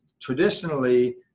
traditionally